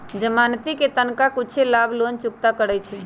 जमानती कें तनका कुछे भाग लोन चुक्ता करै छइ